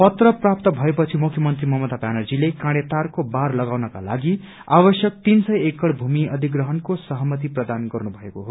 पत्र प्राप्त भए पछि मुख्यमन्त्री ब्यानर्जीले काँडे तारको बार लगाउनको लागि आवश्यक तीन सय एकड़ भूमि अधिप्रहणको सहमति प्रदान गर्नु भएको हो